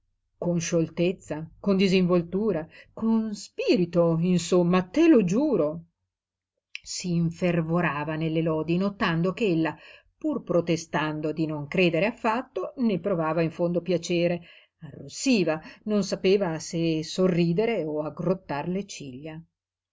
con scioltezza con disinvoltura con spirito insomma te lo giuro s'infervorava nelle lodi notando ch'ella pur protestando di non credere affatto ne provava in fondo piacere arrossiva non sapeva se sorridere o aggrottar le ciglia